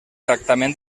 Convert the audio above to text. tractament